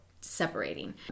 separating